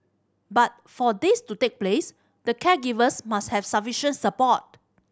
but for this to take place the caregivers must have sufficient support